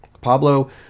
Pablo